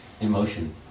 emotion